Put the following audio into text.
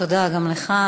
תודה גם לך.